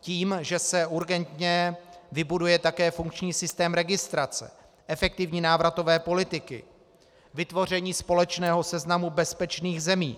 tím, že se urgentně vybuduje také funkční systém registrace, efektivní návratové politiky, vytvoření společného seznamu bezpečných zemí.